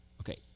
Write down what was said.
Okay